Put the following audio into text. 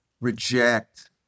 reject